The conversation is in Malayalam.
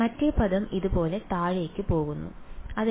മറ്റേ പദം ഇതുപോലെ താഴേക്ക് പോകുന്നു വിദ്യാർത്ഥി 1 by l